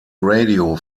radio